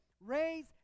raise